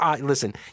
Listen